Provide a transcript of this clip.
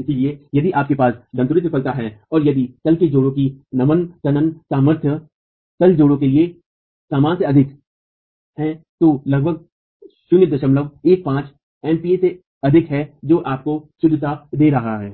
इसलिए यदि आपके पास दन्तुरित विफलता है और यदि तल के जोड़ों की नमन तनन सामर्थ्य तल जोड़ों के लिए सामान्य से अधिक है तो यह लगभग 015 एमपीए से अधिक है जो आपको शुरुआत दे रहा है